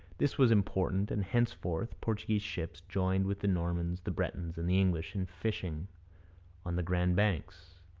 this was important, and henceforth portuguese ships joined with the normans, the bretons, and the english in fishing on the grand banks.